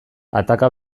ataka